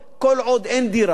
כל עוד אין דירה,